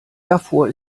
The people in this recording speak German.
davor